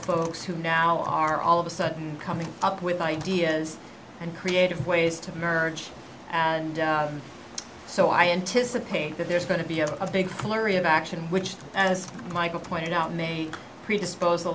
folks who now are all suddenly coming up with ideas and creative ways to merge and so i anticipate that there's going to be a big flurry of action which as michael pointed out may predispose t